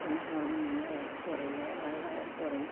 എന്ന് പറഞ്ഞ് ഞങ്ങളെ വഴക്ക് പറയുകയാ വഴക്ക് പറയും